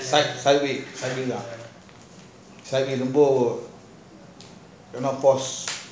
ரொம்ப:romba cannot force